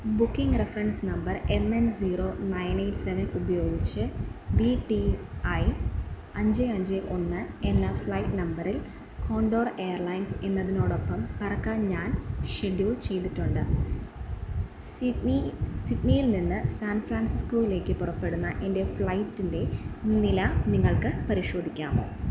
booking reference number M N zero nine eight seven ഉപയോഗിച്ച് V T I അഞ്ച് അഞ്ച് ഒന്ന് എന്ന ഫ്ലൈറ്റ് നമ്പറിൽ കോണ്ടോർ എയർലൈൻസ് എന്നതിനോടൊപ്പം പറക്കാൻ ഞാൻ ഷെഡ്യൂൾ ചെയ്തിട്ടുണ്ട് സിഡ്ണി സിഡ്ണിയിൽനിന്ന് സാൻ ഫ്രാൻസിസ്ക്കോയിലേക്ക് പുറപ്പെടുന്ന എൻറ്റെ ഫ്ലൈറ്റിൻറ്റെ നില നിങ്ങൾക്ക് പരിശോധിക്കാമോ